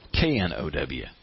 K-N-O-W